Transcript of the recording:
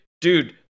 dude